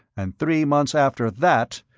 and three months after that,